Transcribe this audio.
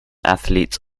athletes